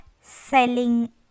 selling